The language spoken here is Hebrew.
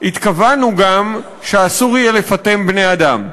התכוונו גם שאסור יהיה לפטם בני-אדם.